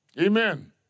Amen